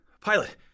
Pilot